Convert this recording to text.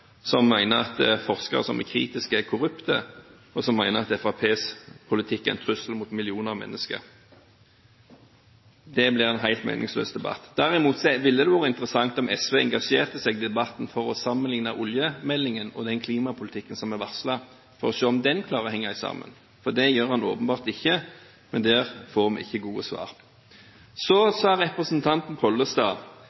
som mener at de forskere som er kritiske, er korrupte, og som mener at Fremskrittspartiets politikk er en trussel mot millioner av mennesker. Det blir en helt meningsløs debatt. Derimot ville det jo være interessant om SV engasjerte seg i debatten for å sammenligne den oljemeldingen og den klimapolitikken som er varslet, for å se om det henger sammen, for det gjør det åpenbart ikke. Men der får vi ikke gode